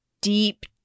deep